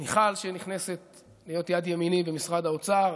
מיכל, שנכנסת להיות יד ימיני במשרד האוצר,